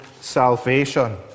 salvation